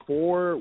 four